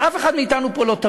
אף אחד מאתנו פה לא תמים.